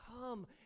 come